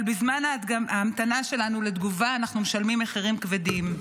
אבל בזמן ההמתנה שלנו לתגובה אנחנו משלמים מחירים כבדים.